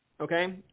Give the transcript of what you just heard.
okay